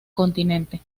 continente